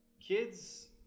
Kids